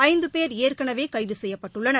ஐந்து பேர் ஏற்கனவே கைது செய்யப்பட்டுள்ளனர்